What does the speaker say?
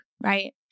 Right